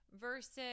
versus